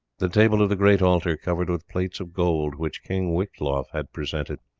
the table of the great altar covered with plates of gold, which king wichtlof had presented,